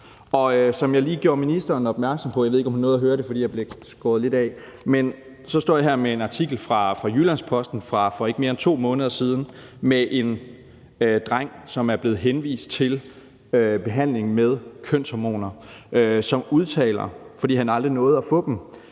Som jeg lige gjorde ministeren opmærksom på – jeg ved ikke, om hun nåede at høre det, for jeg blev skåret lidt af – står jeg her med en artikel fra Jyllands-Posten fra ikke mere end for 2 måneder siden om en dreng, som er blevet henvist til behandling med kønshormoner, og som udtaler, fordi han aldrig nåede at få dem: